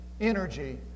energy